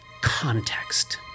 context